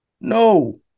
no